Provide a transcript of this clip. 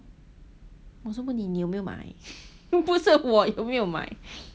我说你你有没有买不是我有没有买